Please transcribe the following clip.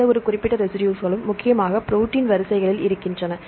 எந்தவொரு குறிப்பிட்ட ரெசிடுஸ்களும் முக்கியமாக ப்ரோடீன் வரிசைகளில் இருக்கின்றன